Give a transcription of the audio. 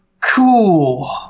cool